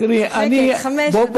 אני צוחקת, חמש זה בסדר.